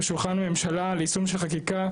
בשולחן הממשלה ליישום של חקיקה,